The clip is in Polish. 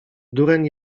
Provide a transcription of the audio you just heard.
dureń